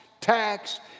taxed